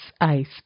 ice